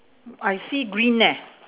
I see green eh